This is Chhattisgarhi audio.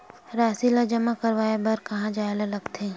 राशि ला जमा करवाय बर कहां जाए ला लगथे